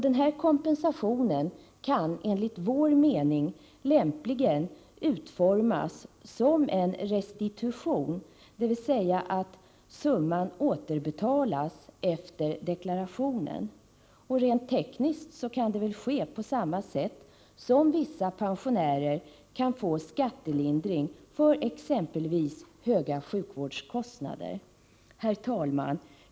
Denna kompensation kan enligt vår mening lämpligen utformas som en restitution, dvs. summan återbetalas efter deklarationen. Rent tekniskt kan det ske på samma sätt som när vissa pensionärer får skattelindring för exempelvis höga sjukvårdskostnader. Herr talman!